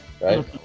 right